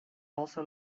also